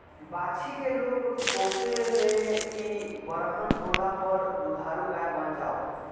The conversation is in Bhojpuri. बाछी के लोग पोसे ले की बरहन होला पर दुधारू गाय बन जाओ